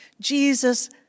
Jesus